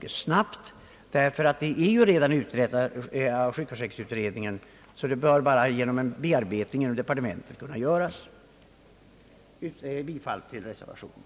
Den snabbutredningen bör kunna bli färdig mycket fort, ty sjukförsäkringsutredningen har redan i stort utrett saken. Det bör kunna räcka med att det sker en bearbetning inom departementet.